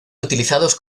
utilizados